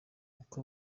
uko